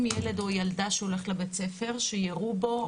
ילד או ילדה שהולך לבית-הספר שיירו בו,